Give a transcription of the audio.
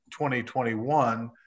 2021